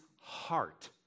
heart